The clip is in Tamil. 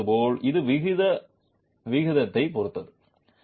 நான் சொன்னது போல் இது விகித விகிதத்தைப் பொறுத்தது